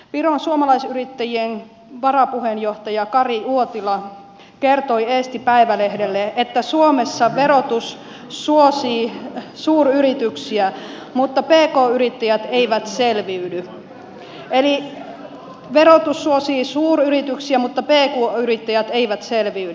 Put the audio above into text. viron suomalaisyrittäjien varapuheenjohtaja kare uotila kertoi eesti päevalehdelle että suomessa verotus suosii suuryrityksiä mutta pk yrittäjät eivät selviydy eli verotus suosii suuryrityksiä mutta pk yrittäjät eivät selviydy